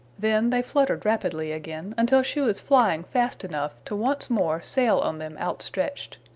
then they fluttered rapidly again until she was flying fast enough to once more sail on them outstretched.